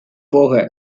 போக